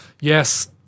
yes